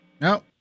No